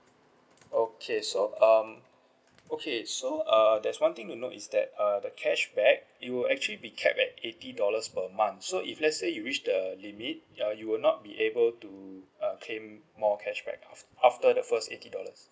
okay so um okay so err that's one thing you know is that uh the cashback you'll actually be cap at eighty dollars per month so if let's say you reach the limit you will not be able to uh claim more cashback after the first eighty dollars